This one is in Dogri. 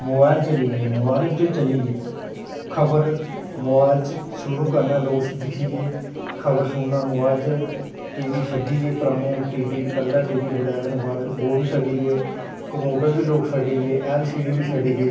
मोबाईल चली पे मोबाईल चली पे मोबाईल उप्पर खबर शुरू करना लोग दिक्खिये खबर सुनना मोबाईल च टीवी छड्डियै पराने टीवी ओह् colour TV black and white ओह्बी छड्डिये कंप्यूटर लोग छड्डिये एलसीडी बी छड्डिये